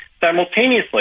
Simultaneously